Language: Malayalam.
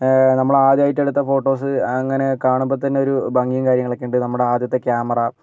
നമ്മൾ ആദ്യമായിട്ടെടുത്ത ഫോട്ടോസ് അങ്ങനെ കാണുമ്പം തന്നെ ഒരു ഭംഗീ കാര്യങ്ങളൊക്കെ ഉണ്ട് നമ്മുടെ ആദ്യത്തെ ക്യാമറ